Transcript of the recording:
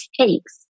takes